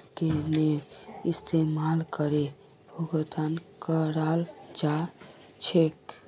scanner इस्तमाल करे भुगतान कराल जा छेक